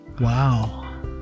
wow